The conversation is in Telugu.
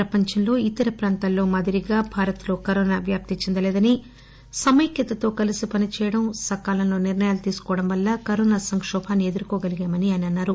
ప్రపంచంలో ఇతర ప్రాంతాల్లో మాదిరిగా భారత్ లో కరోనా వ్యాప్తి చెందలేదని సమైక్యతతో కలిసి పనిచేయడం సకాలంలో నిర్ణయాలు తీసుకోవడం వల్ల కరోనా సంకోభాన్ని ఎదుర్కోగలిగామనీ ఆయన అన్నారు